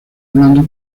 blando